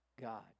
God